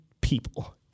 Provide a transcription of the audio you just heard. people